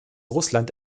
russland